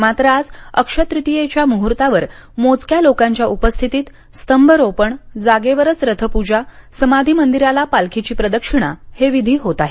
मात्र आज अक्षय तृतीयेच्या मुहूर्तावर मोजक्या लोकांच्या उपस्थितीत स्तंभरोपणजागेवरच रथप्रजासमाधी मंदिराला पालखीची प्रदक्षिणा हे विधी होत आहेत